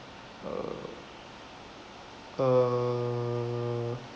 uh uh